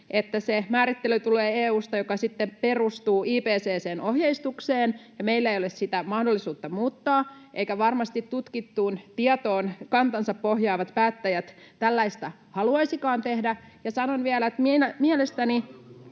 että se määrittely tulee EU:sta ja se sitten perustuu IPCC:n ohjeistukseen ja meillä ei ole sitä mahdollisuutta muuttaa, eivätkä varmasti tutkittuun tietoon kantansa pohjaavat päättäjät tällaista haluaisikaan tehdä. [Välihuutoja — Puhemies